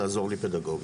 לעזור לי פדגוגית.